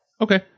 Okay